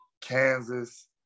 Kansas